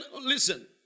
listen